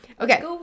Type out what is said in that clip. Okay